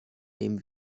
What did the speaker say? nehmen